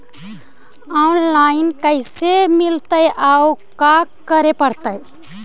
Online loan कैसे मिलतै औ का करे पड़तै?